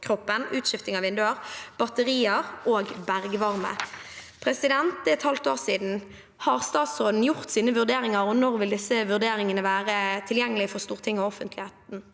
bygningskroppen, utskifting av vinduer, batterier og bergvarme. Det er et halvt år siden. Har statsråden gjort sine vurderinger? Og når vil disse vurderingene være tilgjengelige for Stortinget og offentligheten?